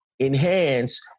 enhance